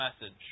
message